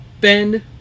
Bend